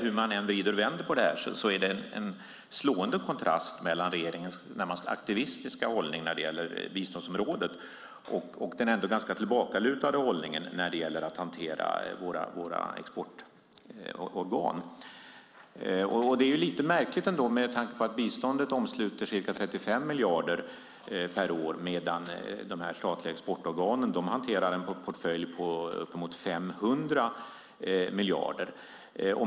Hur man ändå vrider och vänder på det här är det en slående kontrast mellan regeringens aktivistiska hållning på biståndsområdet och den ganska tillbakalutade hållningen när det gäller att hantera våra exportorgan. Det är lite märkligt med tanke på att biståndet omsluter ca 35 miljarder per år, medan de statliga exportorganen hanterar en portfölj på uppemot 500 miljarder.